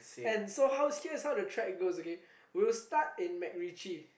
and so how's here's how the track goes okay we'll start in MacRitchie